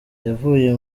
yavuye